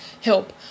help